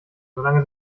solange